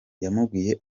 yamubwiye